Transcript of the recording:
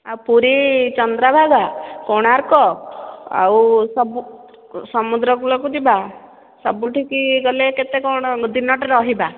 ଆଉ ପୁରୀ ଚନ୍ଦ୍ରଭାଗା କୋଣାର୍କ ଆଉ ସମୁଦ୍ରକୂଳକୁ ଯିବା ସବୁଠିକି ଗଲେ କେତେ କ'ଣ ଦିନଟେ ରହିବା